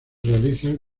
realizan